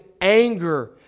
anger